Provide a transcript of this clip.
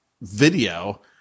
video